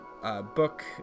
Book